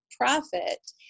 profit